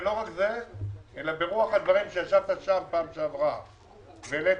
ולא רק זה אלא ברוח הדברים שישבת שם בפעם שעברת והעלית,